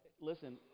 listen